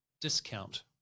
discount